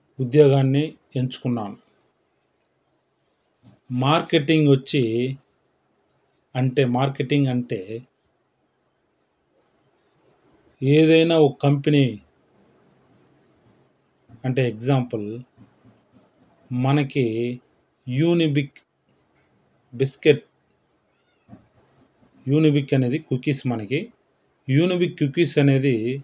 ఉద్యోగాన్ని ఎంచుకున్నాను మార్కెటింగ్ వచ్చి అంటే మార్కెటింగ్ అంటే ఏదైనా ఒక కంపెనీ అంటే ఎగ్జాంపుల్ మనకి యూనిబిక్ బిస్కెట్ యూనిబిక్ అనేది కుకీస్ మనకి యూనిబిక్ కుకీస్ అనేది